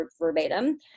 verbatim